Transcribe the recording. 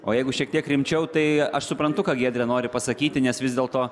o jeigu šiek tiek rimčiau tai aš suprantu ką giedrė nori pasakyti nes vis dėlto